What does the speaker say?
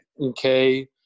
Okay